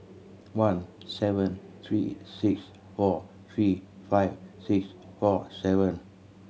one seven three six four three five six four seven